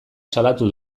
salatu